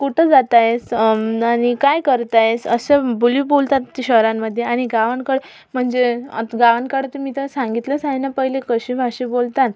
कुठं जात आहेस आणि काय करत आहेस असं बोली बोलतात शहरांमध्ये आणि गावांकडे म्हणजे आता गावांकडे तुम्ही तर सांगितलंच आहे ना पहिले कशी भाषा बोलतात